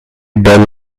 done